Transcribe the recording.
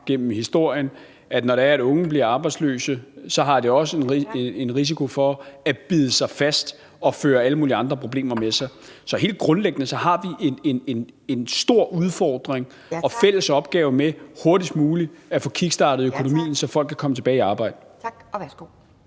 gennem historien, at når unge bliver arbejdsløse, er der også en risiko for, at det bider sig fast og fører alle mulige andre problemer med sig. Så helt grundlæggende har vi en stor udfordring og fælles opgave i hurtigst muligt at få kickstartet økonomien, så folk kan komme tilbage i arbejde. Kl.